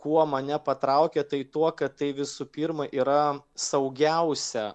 kuo mane patraukė tai tuo kad tai visų pirma yra saugiausia